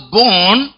born